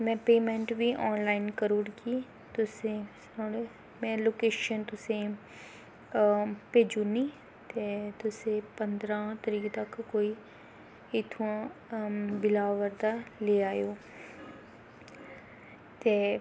में पेमैंट बी आनलाईन करी ओड़गी तुसें गी में लोकेशन तुसें गी भेज्जी ओड़नी ते तुसें पंदरां तरीक तक कोई इत्थुआं बिलाबर दा लेई आएओ ते